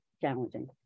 challenging